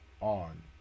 on